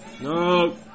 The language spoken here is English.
No